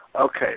Okay